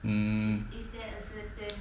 mm